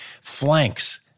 flanks